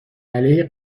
علیه